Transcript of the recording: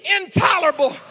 intolerable